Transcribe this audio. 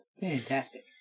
Fantastic